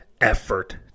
effort